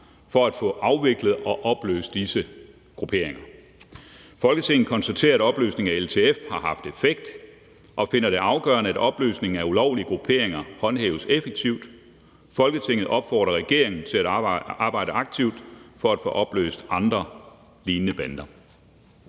for at få afviklet og opløst disse grupperinger. Folketinget konstaterer, at opløsningen af LTF har haft effekt, og finder det afgørende, at opløsningen af ulovlige grupperinger håndhæves effektivt. Folketinget opfordrer regeringen til at arbejde aktivt for at få opløst andre kriminelle bander.«